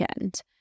end